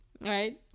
Right